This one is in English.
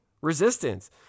resistance